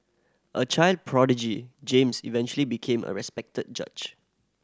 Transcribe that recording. a child prodigy James eventually became a respected judge